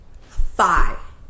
five